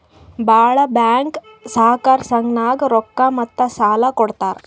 ಭಾಳ್ ಬ್ಯಾಂಕ್ ಸಹಕಾರ ಸಂಘನಾಗ್ ರೊಕ್ಕಾ ಮತ್ತ ಸಾಲಾ ಕೊಡ್ತಾರ್